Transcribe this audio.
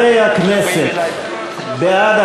התשע"ג 2013, לדיון